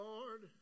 Lord